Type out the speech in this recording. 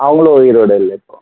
அவங்களும் உயிரோடு இல்லை இப்போது